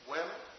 Women